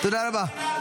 תודה רבה.